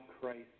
Christ